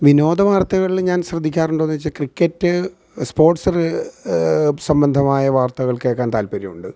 വിനോദ വാർത്തകളില് ഞാൻ ശ്രദ്ധിക്കാറുണ്ടോന്ന് ചോദിച്ചാല് ക്രിക്കറ്റ് സ്പോർട്സില് സംബന്ധമായ വാർത്തകൾ കേൾക്കാൻ താൽപ്പര്യമുണ്ട്